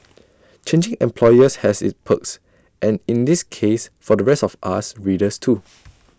changing employers has its perks and in this case for the rest of us readers too